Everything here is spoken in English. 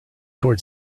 toward